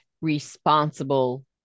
responsible